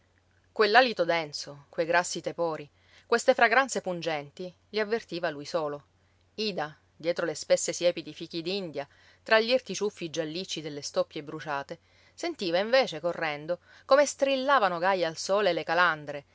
salvie quell'alito denso quei grassi tepori queste fragranze pungenti li avvertiva lui solo ida dietro le spesse siepi di fichidindia tra gli irti ciuffi giallicci delle stoppie bruciate sentiva invece correndo come strillavano gaje al sole le calandre